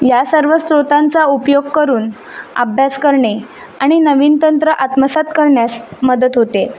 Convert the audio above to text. या सर्व स्रोतांचा उपयोग करून अभ्यास करणे आणि नवीन तंत्र आत्मसात करण्यास मदत होते